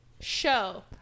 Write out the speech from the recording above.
Show